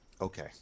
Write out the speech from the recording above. Okay